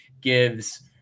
gives